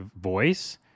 voice